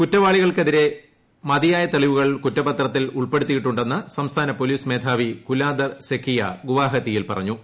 കുറ്റവാളികൾക്കെതിരെ മതിയായ തെളിവുകൾ കുറ്റപത്രത്തിൽ ഉൾപ്പെടുത്തിയിട്ടു ന്ന് സംസ്ഥാന പോലീസ് മേധാവി കുലാദർ സെക്കിയ ഗുവാഹത്തിയിൽ പറഞ്ഞു